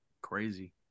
Crazy